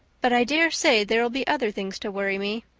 but i dare say there'll be other things to worry me.